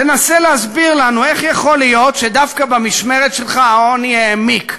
תנסה להסביר לנו איך יכול להיות שדווקא במשמרת שלך העוני העמיק,